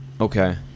okay